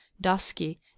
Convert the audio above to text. dusky